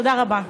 תודה רבה.